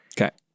Okay